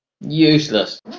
useless